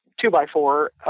two-by-four